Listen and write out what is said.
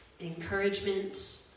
encouragement